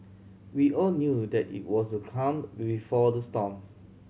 we all knew that it was the calm B before the storm